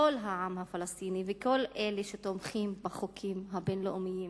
של כל העם הפלסטיני ושל כל אלה שתומכים בחוקים הבין-לאומיים